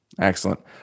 Excellent